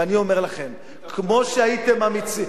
אני אומר לכם, כמו שהייתם אמיצים,